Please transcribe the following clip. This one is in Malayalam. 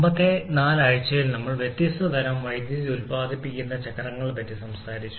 മുമ്പത്തെ 4 ആഴ്ചയിൽ നമ്മൾ വ്യത്യസ്ത തരം വൈദ്യുതി ഉൽപാദിപ്പിക്കുന്ന ചക്രങ്ങൾ പറ്റി സംസാരിച്ചു